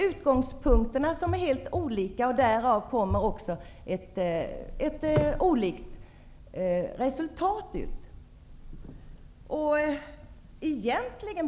Utgångspunkterna är helt olika, och därav kommer att resultatet blir olika.